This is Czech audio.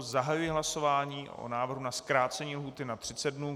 Zahajuji hlasování o návrhu na zkrácení lhůty na 30 dnů.